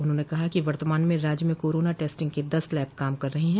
उन्होंने कहा कि वर्तमान में राज्य में कोरोना टेस्टिंग के दस लैब काम कर रहे हैं